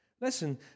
Listen